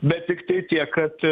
bet tiktai tiek kad